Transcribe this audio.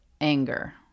anger